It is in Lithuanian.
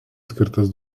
skirtas